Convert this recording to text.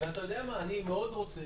אני מאוד רוצה